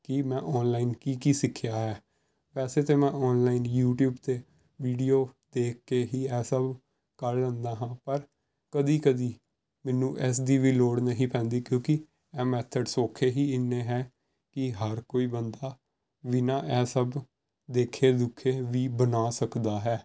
ਕਿ ਮੈਂ ਔਨਲਾਈਨ ਕੀ ਕੀ ਸਿੱਖਿਆ ਹੈ ਵੈਸੇ ਤਾਂ ਮੈਂ ਔਨਲਾਈਨ ਯੂਟੀਊਬ 'ਤੇ ਵੀਡੀਓ ਦੇਖ ਕੇ ਹੀ ਇਹ ਸਭ ਕਰ ਲੈਂਦਾ ਹੈ ਪਰ ਕਦੇ ਕਦੇ ਮੈਨੂੰ ਇਸ ਦੀ ਵੀ ਲੋੜ ਨਹੀਂ ਪੈਂਦੀ ਕਿਉਂਕਿ ਮੈਥਡ ਸੋਖੇ ਹੀ ਇੰਨੇ ਹੈ ਕਿ ਹਰ ਕੋਈ ਬੰਦਾ ਬਿਨਾ ਇਹ ਸਭ ਦੇਖੇ ਦੂਖੇ ਵੀ ਬਣਾ ਸਕਦਾ ਹੈ